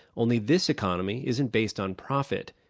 only this economy isn't based on profit.